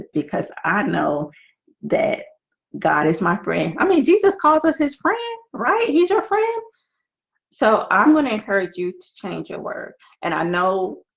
because i know that god is my friend. i mean jesus calls us his friend, right? he's your friend so i'm gonna encourage you to change your word and i know